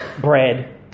bread